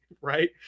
right